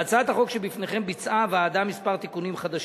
בהצעת החוק שבפניכם ביצעה הוועדה כמה תיקונים חדשים.